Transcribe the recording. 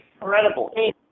incredible